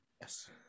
Yes